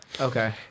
Okay